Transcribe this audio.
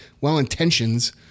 well-intentions